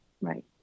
Right